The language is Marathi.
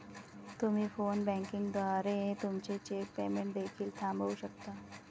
तुम्ही फोन बँकिंग द्वारे तुमचे चेक पेमेंट देखील थांबवू शकता